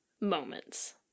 moments